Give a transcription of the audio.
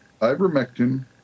ivermectin